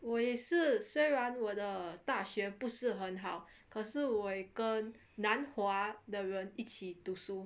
我也是虽然我的大学不是很好可是我有跟南华的人一起读书